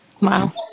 Wow